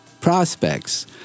prospects